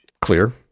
clear